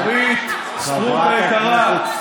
אורית סטרוק היקרה,